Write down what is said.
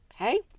okay